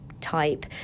type